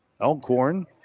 Elkhorn